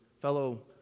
fellow